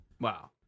wow